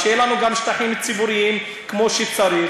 ושיהיו לנו גם שטחים ציבוריים כמו שצריך